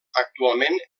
actualment